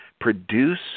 produce